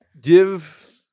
give